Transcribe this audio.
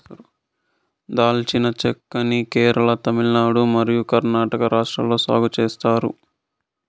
దాల్చిన చెక్క ని కేరళ, తమిళనాడు మరియు కర్ణాటక రాష్ట్రాలలో సాగు చేత్తారు